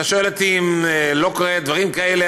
אתה שואל אותי אם לא קורים דברים כאלה,